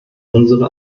unsere